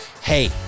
hey